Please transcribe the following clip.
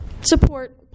support